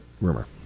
rumor